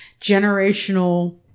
generational